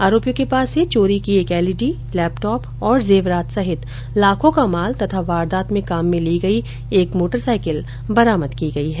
आरोपियों के पास से चोरी की एक एलईडी लेपटोप और जैवरात सहित लाखों का माल तथा वारदात में काम में ली गई एक मोटरसाईकिल बरामद की गई है